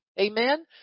Amen